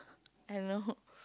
I don't know